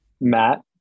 matt